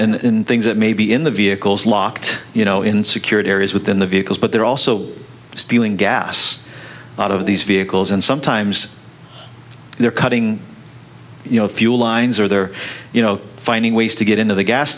n things that may be in the vehicles locked you know in secured areas within the vehicles but they're also stealing gas out of these vehicles and sometimes they're cutting you know fuel lines or they're you know finding ways to get into the gas